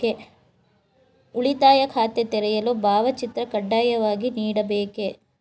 ಉಳಿತಾಯ ಖಾತೆ ತೆರೆಯಲು ಭಾವಚಿತ್ರ ಕಡ್ಡಾಯವಾಗಿ ನೀಡಬೇಕೇ?